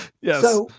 Yes